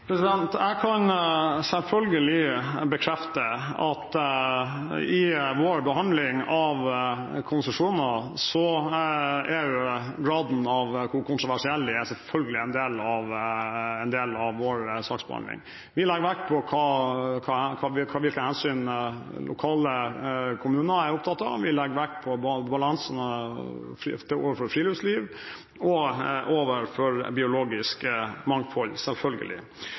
Jeg kan selvfølgelig bekrefte at i vår behandling av konsesjoner er raden av de kontroversielle en del av vår saksbehandling. Vi legger vekt på hvilke hensyn lokale kommuner er opptatt av, vi legger vekt på balansen når det gjelder friluftsliv – og på biologisk mangfold, selvfølgelig.